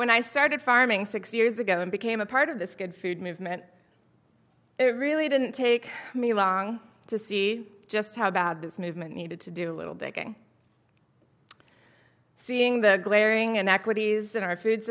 when i started farming six years ago and became a part of this good food movement it really didn't take me long to see just how bad this movement needed to do a little digging seeing the glaring and equities in our food